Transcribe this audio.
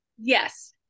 Yes